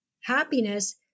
happiness